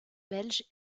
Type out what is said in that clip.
belge